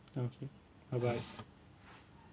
okay bye bye